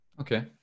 Okay